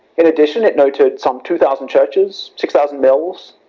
in addition, it noted some two thousand churches six thousand mills,